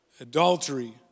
adultery